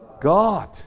God